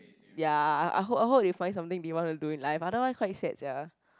ya I hope I hope they find something they want to do in life otherwise quite sad sia